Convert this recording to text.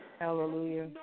Hallelujah